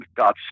God's